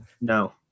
No